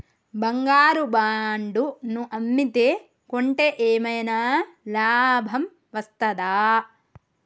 బంగారు బాండు ను అమ్మితే కొంటే ఏమైనా లాభం వస్తదా?